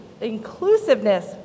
inclusiveness